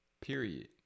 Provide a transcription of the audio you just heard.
period